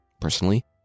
Personally